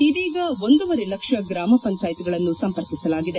ಇದೀಗ ಒಂದೂವರೆ ಲಕ್ಷ ಗ್ರಾಮ ಪಂಚಾಯತ್ಗಳನ್ನು ಸಂಪರ್ಕಿಸಲಾಗಿದೆ